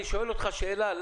אני שואל אותך שאלה.